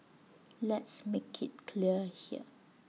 let's make IT clear here